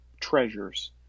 treasures